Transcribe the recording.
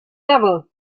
devil